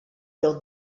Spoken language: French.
leur